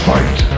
Fight